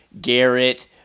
Garrett